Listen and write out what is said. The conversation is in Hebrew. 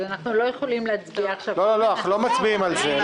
אבל אנחנו לא יכולים להצביע עכשיו --- אנחנו לא מצביעים על זה,